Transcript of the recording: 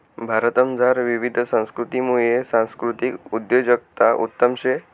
भारतमझार विविध संस्कृतीसमुये सांस्कृतिक उद्योजकता उत्तम शे